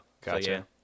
Gotcha